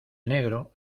negro